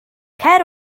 cer